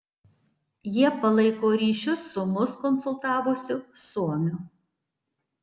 jie palaiko ryšius su mus konsultavusiu suomiu